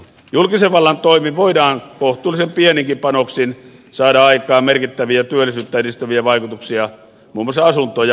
julkisen vallan toimin voidaan kohtuullisen pieninkin panoksin saada aikaan merkittäviä työllisyyttä edistäviä vaikutuksia muun muassa asunto ja korjausrakentamisessa